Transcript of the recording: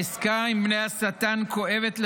העסקה עם בני השטן כואבת לכולנו,